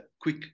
quick